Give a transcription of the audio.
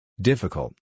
Difficult